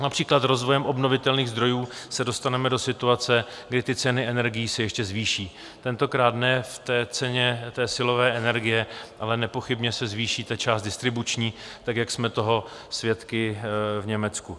Například rozvojem obnovitelných zdrojů se dostaneme do situace, kdy ceny energií se ještě zvýší, tentokrát ne v ceně silové energie, ale nepochybně se zvýší část distribuční, jak jsme toho svědky v Německu.